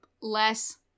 less